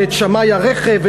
ואת שמאי הרכב,